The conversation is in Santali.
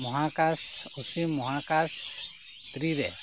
ᱢᱚᱦᱟ ᱠᱟᱥ ᱚᱥᱤᱢ ᱢᱚᱦᱟ ᱠᱟᱥ ᱵᱷᱤᱛᱨᱤ ᱨᱮ